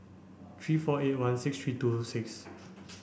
three four eight one six three two six